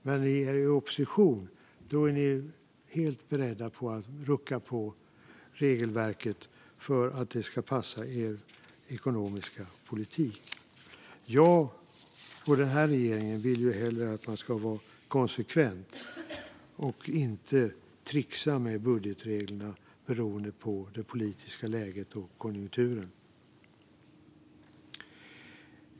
Men när ni är i opposition är ni helt beredda att rucka på regelverket för att det ska passa er ekonomiska politik. Jag och regeringen vill hellre att man ska vara konsekvent och inte trixa med budgetreglerna beroende på det politiska läget och konjunkturen.